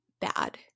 bad